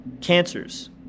cancers